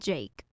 Jake